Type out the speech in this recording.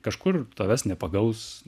kažkur tavęs nepagaus